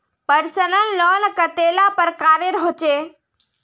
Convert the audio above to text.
Personal loan कतेला प्रकारेर होचे?